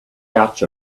couch